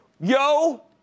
Yo